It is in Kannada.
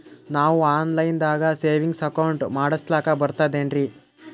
ನಾವು ಆನ್ ಲೈನ್ ದಾಗ ಸೇವಿಂಗ್ಸ್ ಅಕೌಂಟ್ ಮಾಡಸ್ಲಾಕ ಬರ್ತದೇನ್ರಿ?